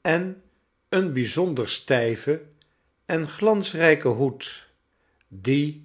en een bijzonder stijven en glansrijken hoed die